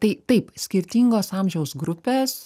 tai taip skirtingos amžiaus grupės